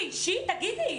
זה אישי?, תגידי.